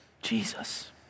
Jesus